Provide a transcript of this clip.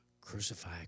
Crucify